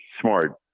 smart